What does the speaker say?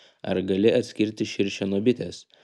ar gali atskirti širšę nuo bitės